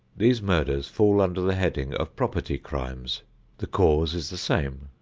these murders fall under the heading of property crimes the cause is the same,